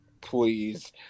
Please